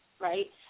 right